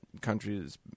countries